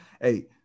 Hey